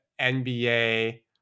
NBA